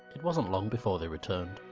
it wasn't long before they returned.